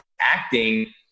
acting